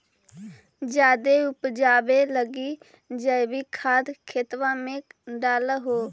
जायदे उपजाबे लगी जैवीक खाद खेतबा मे डाल हो?